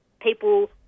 people